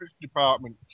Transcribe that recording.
department